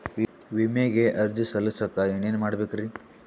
ವಿಮೆಗೆ ಅರ್ಜಿ ಸಲ್ಲಿಸಕ ಏನೇನ್ ಮಾಡ್ಬೇಕ್ರಿ?